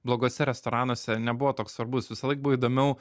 bloguose restoranuose nebuvo toks svarbus visąlaik buvo įdomiau